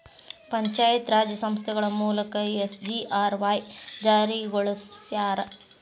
ಪಂಚಾಯತ್ ರಾಜ್ ಸಂಸ್ಥೆಗಳ ಮೂಲಕ ಎಸ್.ಜಿ.ಆರ್.ವಾಯ್ ಜಾರಿಗೊಳಸ್ಯಾರ